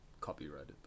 copyrighted